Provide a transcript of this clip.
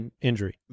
injury